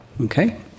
okay